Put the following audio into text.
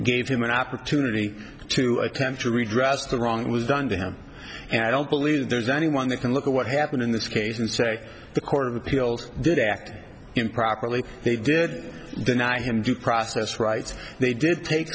gave him an opportunity to attempt to redress the wrong was done to him and i don't believe that there's anyone that can look at what happened in this case and say the court of appeals did act improperly they did deny him due process rights they did take